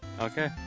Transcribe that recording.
Okay